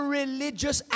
religious